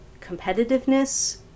competitiveness